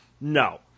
No